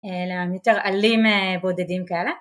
אלה המטרעלים בודדים כאלה